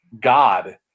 God